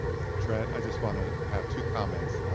dread, i just wanna have two comments.